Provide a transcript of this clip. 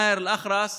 מאהר אל-אח'רס,